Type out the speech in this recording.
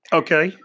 okay